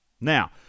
now